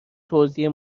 توزیع